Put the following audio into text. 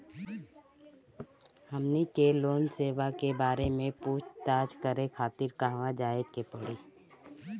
हमनी के लोन सेबा के बारे में पूछताछ करे खातिर कहवा जाए के पड़ी?